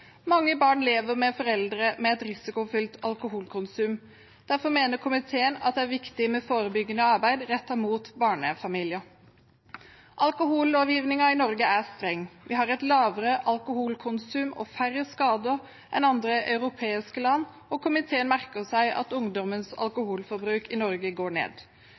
Mange barn lever med foreldre med et risikofylt alkoholkonsum. Derfor mener komiteen at det er viktig med forebyggende arbeid rettet mot barnefamilier. Alkohollovgivningen i Norge er streng. Vi har et lavere alkoholkonsum og færre skader enn andre europeiske land, og komiteen merker seg at ungdommens alkoholforbruk i Norge går ned.